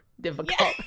difficult